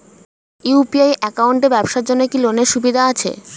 UPI একাউন্টে কি ব্যবসার জন্য লোনের সুবিধা আছে?